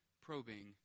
probing